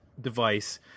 device